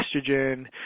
estrogen